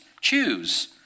choose